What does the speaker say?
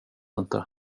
inte